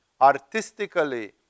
artistically